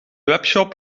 webshop